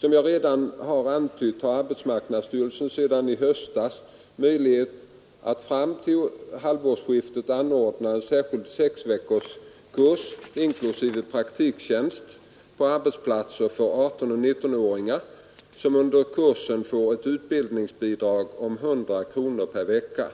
Som jag redan har antytt har arbetsmarknadsstyrelsen sedan i höstas möjlighet att fram till halvårsskiftet anordna en särskild sexveckorskurs inklusive praktiktjänstgöring på arbetsplatser för 18 och 19-åringar som under kursen får ett utbildningsbidrag om 100 kronor per vecka.